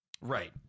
right